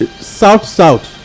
South-South